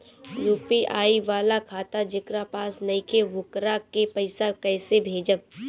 UPI वाला खाता जेकरा पास नईखे वोकरा के पईसा कैसे भेजब?